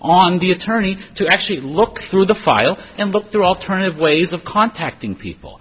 on the attorney to actually look through the file and look through alternative ways of contacting people